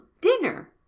dinner